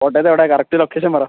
hotel എവിടെയാണ് correct location പറ